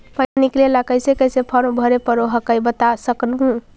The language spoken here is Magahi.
पैसा निकले ला कैसे कैसे फॉर्मा भरे परो हकाई बता सकनुह?